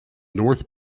north